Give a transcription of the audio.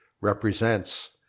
represents